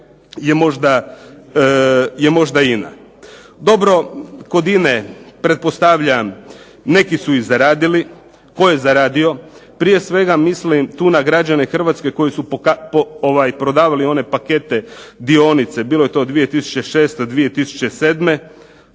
je možda INA. Dobro, kod INA-e pretpostavljam neki su i zaradili. Tko je zaradio? Prije svega mislim tu na građane Hrvatske koji su prodavali one pakete, dionice, bilo je to 2006., 2007.